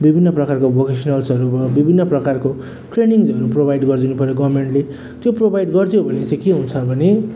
विभिन्न प्रकारको भोकेसनलहरू भयो विभिन्न प्रकारको ट्रेनिङ्सहरू प्रोभाइड गरिदिनु पऱ्यो गभर्मेन्टले त्यो प्रोभाइड गरिदियो भने चाहिँ के हुन्छ भने